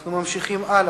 בעד,